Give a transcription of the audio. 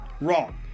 Wrong